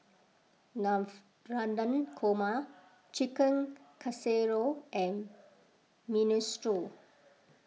Navratan Korma Chicken Casserole and Minestrone